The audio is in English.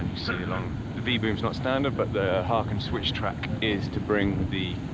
see along the v boom's not standard, but the harken switch track is to bring the